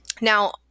Now